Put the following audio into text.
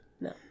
No